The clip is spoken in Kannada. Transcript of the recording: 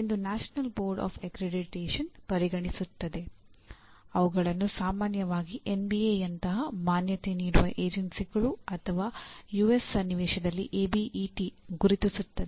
ಎಂದು ನ್ಯಾಷನಲ್ ಬೋರ್ಡ್ ಆಫ್ ಅಕ್ರಿಡಿಟೇಶನ್ ಗುರುತಿಸುತ್ತದೆ